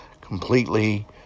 completely